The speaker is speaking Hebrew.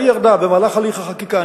והיא ירדה במהלך הליך החקיקה.